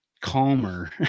calmer